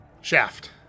Shaft